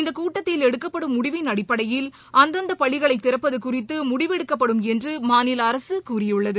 இந்தக் கூட்டத்தில் எடுக்கப்படும் முடிவின் அடிப்படையில் அந்தந்த பள்ளிகளை திறப்பது குறித்து முடிவெடுக்கப்படும் என்று மாநில அரசு கூறியுள்ளது